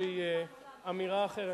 אמירה אחרת?